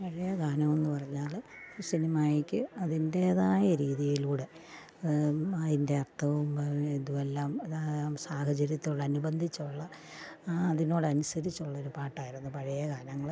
പഴയ ഗാനമെന്നു പറഞ്ഞാൽ ഈ സിനിമായ്ക്ക് അതിൻറ്റേതായ രീതിയിലൂടെ അതിൻ്റെ അർത്ഥവും ഇതുമെല്ലാം സാഹചര്യത്തോടനുബന്ധിച്ചുള്ള അതിനോടനുസരിച്ചുള്ളൊരു പാട്ടായിരുന്നു പഴയ ഗാനങ്ങൾ